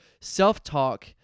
self-talk